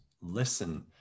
listen